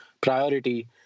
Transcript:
priority